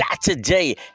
Saturday